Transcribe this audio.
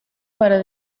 para